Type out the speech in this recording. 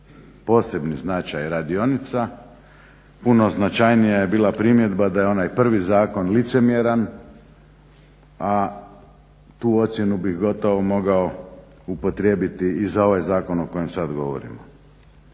posebni značaj, radionica. Puno značajnija je bila primjedba da je onaj prvi zakon licemjera a tu ocjenu bih gotovo mogao upotrijebiti i za ovaj zakon o kojemu sad govorimo.